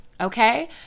okay